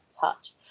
touch